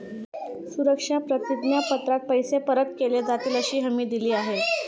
सुरक्षा प्रतिज्ञा पत्रात पैसे परत केले जातीलअशी हमी दिली आहे